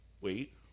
wait